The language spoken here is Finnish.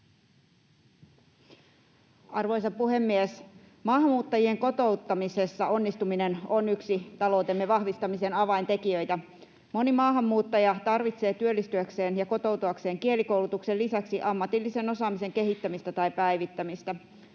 Arvoisa puhemies! Maahanmuuttajien kotouttamisessa onnistuminen on yksi taloutemme vahvistamisen avaintekijöitä. Moni maahanmuuttaja tarvitsee työllistyäkseen ja kotoutuakseen kielikoulutuksen lisäksi ammatillisen osaamisen kehittämistä tai päivittämistä.